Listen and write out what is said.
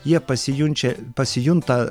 jie pasijunčia pasijunta